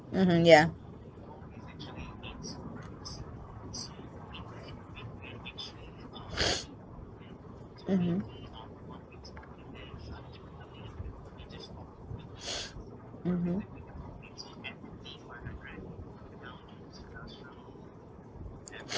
mmhmm yeah mmhmm mmhmm